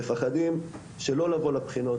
מפחדים שלא לבוא לבחינות.